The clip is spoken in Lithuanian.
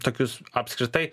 tokius apskritai